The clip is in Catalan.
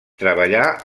treballà